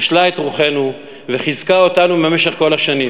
היא חישלה את רוחנו וחיזקה אותנו במשך כל השנים.